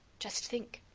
just think!